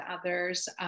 others